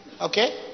Okay